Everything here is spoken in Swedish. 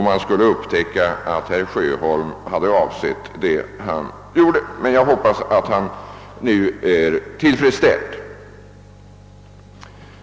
om man skall upptäcka att herr Sjöholm avsåg det han tydligen gjorde. Jag hoppas dock att han nu är tillfredsställd.